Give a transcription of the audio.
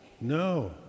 no